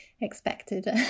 expected